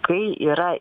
kai yra